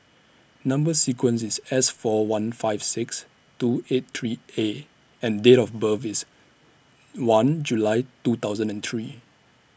Number sequence IS S four one five six two eight three A and Date of birth IS one July two thousand and three